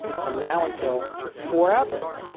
from now until forever